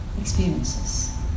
experiences